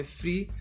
free